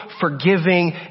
forgiving